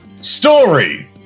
Story